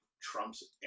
Trump's